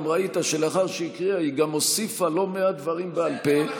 גם ראית שלאחר שהיא הקריאה היא גם הוסיפה לא מעט דברים בעל פה,